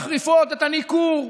מחריפות את הניכור,